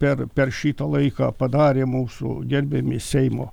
per per šitą laiką padarė mūsų gerbiami seimo